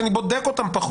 כי אני בודק אותם פחות.